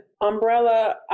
umbrella